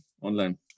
online